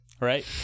right